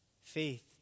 Faith